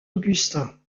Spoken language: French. augustin